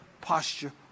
posture